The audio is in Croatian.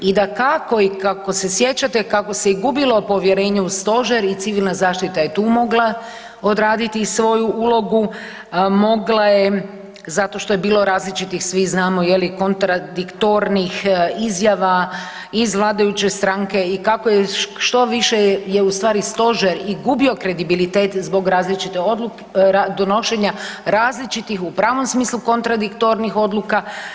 I dakako i kako se sjećate kako se i gubilo povjerenje u stožer i civilna zaštita je tu mogla odraditi svoju ulogu, mogla je zato što je bilo različitih svi znamo je li kontradiktornih izjava iz vladajuće stranke i kako je što više je ustvari stožer i gubio kredibilitet zbog različite odluke, donošenja različitih u pravom smislu kontradiktornih odluka.